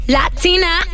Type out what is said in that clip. Latina